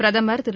பிரதமர் திரு